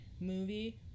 movie